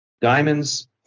Diamonds